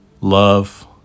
love